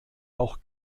auch